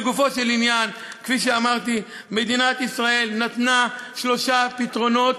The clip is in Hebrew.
לגופו של עניין, מדינת ישראל נתנה שלושה פתרונות